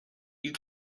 you